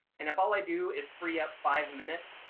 and if all i do is free up five minutes,